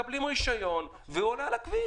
מקבלים רישיון ועולים על הכביש.